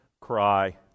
cry